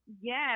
yes